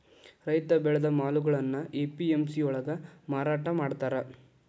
ರೈತ ಬೆಳೆದ ಮಾಲುಗಳ್ನಾ ಎ.ಪಿ.ಎಂ.ಸಿ ಯೊಳ್ಗ ಮಾರಾಟಮಾಡ್ತಾರ್